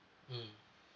mmhmm